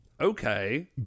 Okay